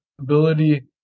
ability